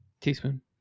teaspoon